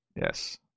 yes